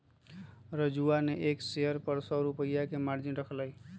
राजूवा ने एक शेयर पर सौ रुपया के मार्जिन रख लय